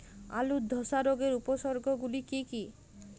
আলুর ধসা রোগের উপসর্গগুলি কি কি?